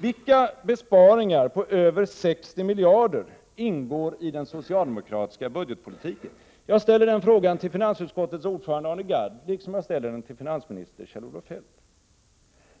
Vilka besparingar på över 60 miljarder ingår i den socialdemokratiska budgetpolitiken? Jag ställer den frågan till finansutskottets ordförande Arne Gadd, liksom jag ställer den till finansminister Kjell-Olof Feldt.